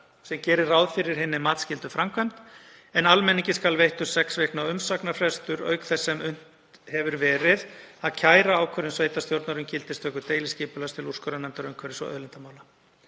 sem gerir ráð fyrir hinni matsskyldu framkvæmd, en almenningi skal veittur sex vikna umsagnarfrestur auk þess sem unnt hefur verið að kæra ákvörðun sveitarstjórnar um gildistöku deiliskipulags til úrskurðarnefndar umhverfis- og auðlindamála.